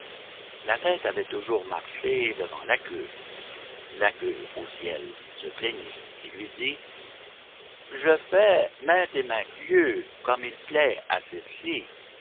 la tête avait toujours marché devant la queue la queue au ciel se plaignit et lui dit je fais mainte et mainte lieue comme il plaît à celle-ci